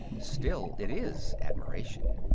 still it is admiration.